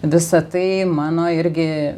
visa tai mano irgi